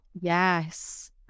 Yes